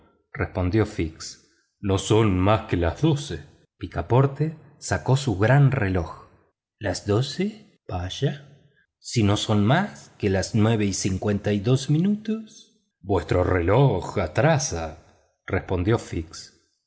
respondió fix no son más que las doce picaporte sacó un gran reloj las doce vaya si no son más que las nueve y cincuenta y dos minutos vuestro reloj atrasa respondió fix